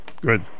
good